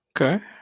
Okay